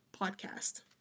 podcast